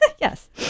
yes